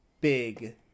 big